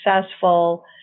successful